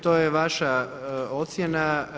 To je vaša ocjena.